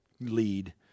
lead